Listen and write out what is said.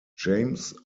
james